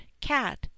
cat